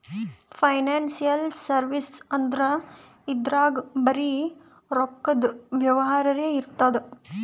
financial service ಅಂದ್ರ ಇದ್ರಾಗ್ ಬರೀ ರೊಕ್ಕದ್ ವ್ಯವಹಾರೇ ಇರ್ತದ್